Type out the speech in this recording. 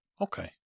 Okay